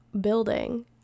building